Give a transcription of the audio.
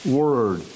word